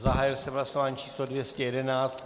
Zahájil jsem hlasování číslo 211.